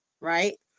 right